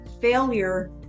failure